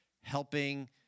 helping